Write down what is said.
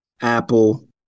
Apple